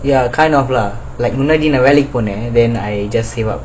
ya kind of lah like முன்னாடி நான் வெலைக்கு பொன்னேன்:munnadi nan vellaiku ponnaen then I just say [what]